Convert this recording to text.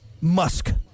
Musk